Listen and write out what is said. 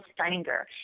Steininger